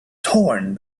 torn